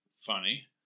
Funny